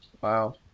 Wow